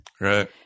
Right